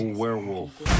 werewolf